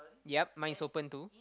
yup mine is open too